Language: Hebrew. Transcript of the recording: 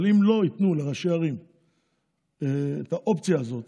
אבל אם לא ייתנו לראשי ערים את האופציה הזאת